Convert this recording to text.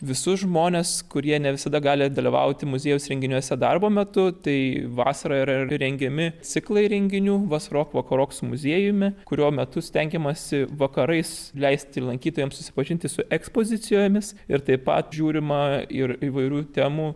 visus žmones kurie ne visada gali dalyvauti muziejaus renginiuose darbo metu tai vasarą yra rengiami ciklai renginių vasarok vakarok su muziejumi kurio metu stengiamasi vakarais leisti lankytojams susipažinti su ekspozicijomis ir taip pat žiūrima ir įvairių temų